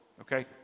okay